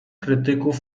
krytyków